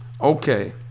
Okay